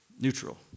neutral